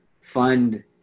fund